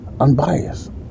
unbiased